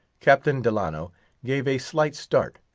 captain delano gave a slight start.